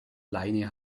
leine